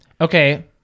okay